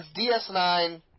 DS9